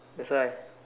that's why